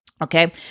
Okay